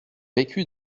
vécu